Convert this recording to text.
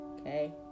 Okay